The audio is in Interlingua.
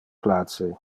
place